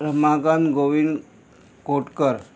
Ramakand Govind Kodkar